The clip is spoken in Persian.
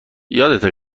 یادته